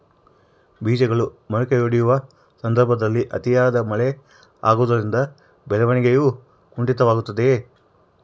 ಬೇಜಗಳು ಮೊಳಕೆಯೊಡೆಯುವ ಸಂದರ್ಭದಲ್ಲಿ ಅತಿಯಾದ ಮಳೆ ಆಗುವುದರಿಂದ ಬೆಳವಣಿಗೆಯು ಕುಂಠಿತವಾಗುವುದೆ?